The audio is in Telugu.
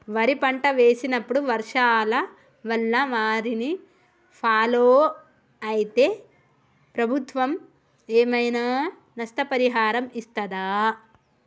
వరి పంట వేసినప్పుడు వర్షాల వల్ల వారిని ఫాలో అయితే ప్రభుత్వం ఏమైనా నష్టపరిహారం ఇస్తదా?